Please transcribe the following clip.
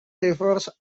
prefers